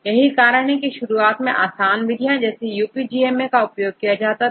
यही कारण है कि शुरुआत में आसान विधियां जैसेUPGMA का उपयोग किया गया था